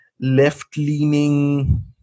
left-leaning